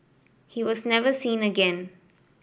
he was never seen again